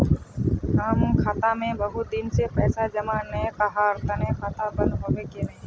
हम खाता में बहुत दिन से पैसा जमा नय कहार तने खाता बंद होबे केने?